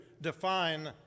define